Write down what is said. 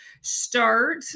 start